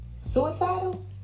suicidal